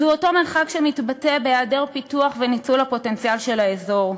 זהו אותו מרחק שמתבטא בהיעדר פיתוח וניצול הפוטנציאל של האזור,